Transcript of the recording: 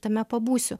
tame pabūsiu